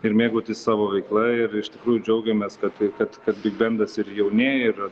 ir mėgautis savo veikla ir iš tikrųjų džiaugiamės kad tai kad kad bigbendas ir jaunėja ir